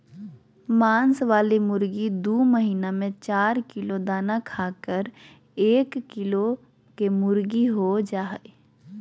मांस वाली मुर्गी दू महीना में चार किलो दाना खाकर एक किलो केमुर्गीहो जा हइ